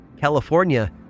California